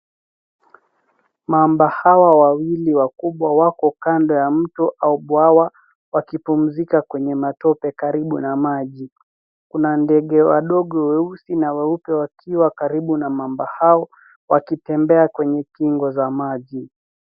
Mamba hawa wawili wakubwa wako kando ya mto au bwawa wakipumzika kwenye matope karibu na maji. Kuna ndege wadogo weusi na weupe wakiwa karibu na mamba hao wakitembea kwenye kingo za maji.